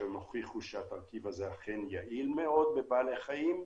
שהוכיחה שהתרכיב הזה אכן יעיל מאוד בבעלי חיים,